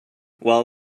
while